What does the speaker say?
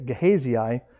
Gehazi